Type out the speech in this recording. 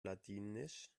ladinisch